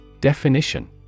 Definition